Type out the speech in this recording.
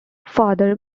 father